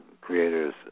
creators